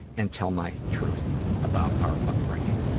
and tell my truth about our upbringing.